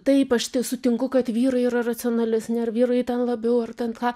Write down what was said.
taip aš tie sutinku kad vyrai yra racionalesni ar vyrai ten labiau ar ten ką